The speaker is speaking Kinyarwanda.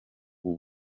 ubu